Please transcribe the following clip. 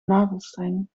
navelstreng